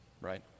right